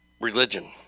religion